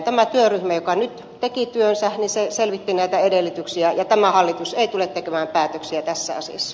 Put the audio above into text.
tämä työryhmä joka nyt teki työnsä selvitti näitä edellytyksiä ja tämä hallitus ei tule tekemään päätöksiä tässä asiassa